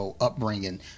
upbringing